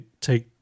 take